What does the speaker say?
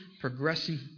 progressing